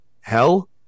hell